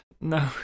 no